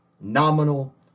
nominal